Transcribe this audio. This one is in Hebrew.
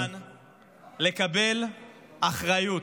זה הזמן לקבל אחריות.